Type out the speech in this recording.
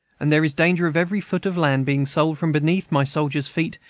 and there is danger of every foot of land being sold from beneath my soldiers' feet,